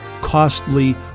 Costly